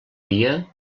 dia